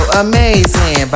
amazing